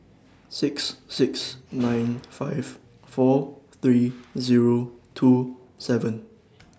six six nine five four three Zero two seven